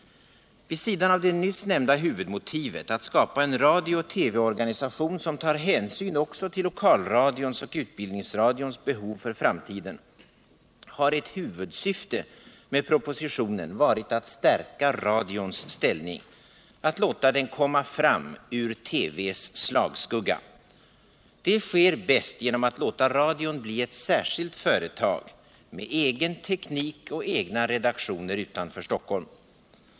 Vid sidan av det nyss nämnda huvudmotivet — att skapa en radiooch TV organisation som tar hänsyn också till lokalradions och utbildningsradions behov för framtiden — har ett huvudsyfte med propositionen varit att stärka radions ställning, att låta den komma fram ur TV:s slagskugga. Detta sker bäst genom att låta radion bli ett särskilt företag, med egen teknik och egna redaktioner utanför Stockholm.